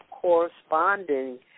corresponding